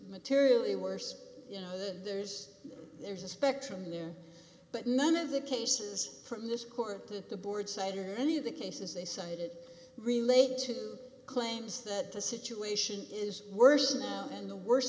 materially worse you know that there's there's a spectrum there but none of the cases from this court to the board side or any of the cases they cited relate to claims that the situation is worse now than the wors